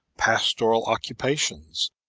pastoral occupations,